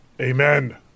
Amen